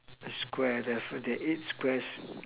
the Square there are four there are eight Squares